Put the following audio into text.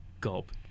gulp